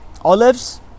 olives